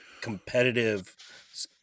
competitive